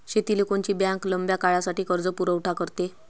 शेतीले कोनची बँक लंब्या काळासाठी कर्जपुरवठा करते?